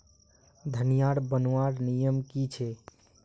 धनिया बूनवार नियम की गे?